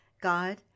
God